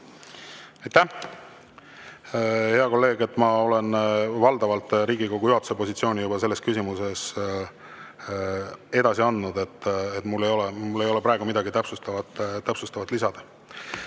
hea kolleeg! Ma olen valdavalt Riigikogu juhatuse positsiooni selles küsimuses juba edasi andnud. Mul ei ole praegu midagi täpsustavat lisada.